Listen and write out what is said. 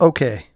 Okay